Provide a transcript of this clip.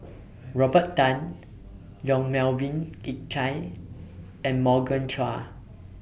Robert Tan Yong Melvin Yik Chye and Morgan Chua